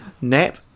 Nap